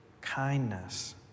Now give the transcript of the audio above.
kindness